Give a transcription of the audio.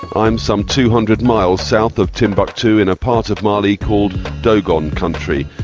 i'm some two hundred miles south of timbuktu in a part of mali called dogon country.